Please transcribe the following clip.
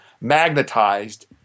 magnetized